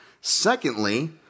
Secondly